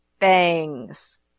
bangs